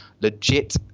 legit